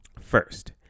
first